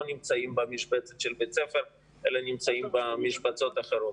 נמצאות במסגרת בית הספר אלא במשבצות אחרות.